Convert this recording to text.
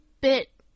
bit